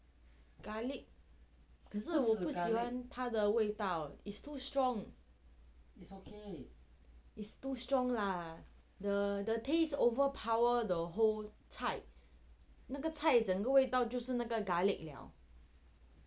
garlic 可是我不喜欢它的味道 is too strong is too strong lah the the taste overpower the whole 菜那个菜整个味道就是那个 garlic 了